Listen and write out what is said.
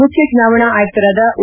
ಮುಖ್ಯ ಚುನಾವಣಾ ಆಯುಕ್ತರಾದ ಓ